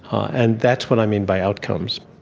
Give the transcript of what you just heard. and that's what i mean by outcomes.